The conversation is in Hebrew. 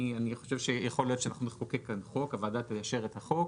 יכול להיות שאנחנו נחוקק חוק, הוועדה תאשר חוק